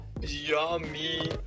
Yummy